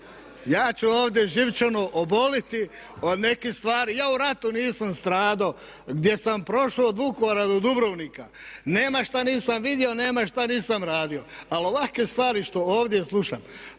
Ja ću ovdje živčano oboliti od nekih stvari. Ja u ratu nisam strado gdje sam prošo od Vukovara do Dubrovnika, nema šta nisam vidio, nema šta šta nisam radio. Ali ovake stvari što ovdje slušam,